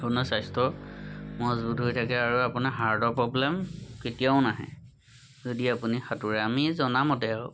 আপোনাৰ স্বাস্থ্য মজবুত হৈ থাকে আৰু আপোনাৰ হাৰ্টৰ প্ৰব্লেম কেতিয়াও নাহে যদি আপুনি সাঁতোৰে আমি এই জনামতে আৰু